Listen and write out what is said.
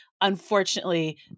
Unfortunately